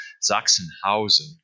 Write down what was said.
Sachsenhausen